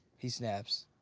he snaps.